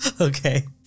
Okay